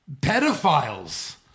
pedophiles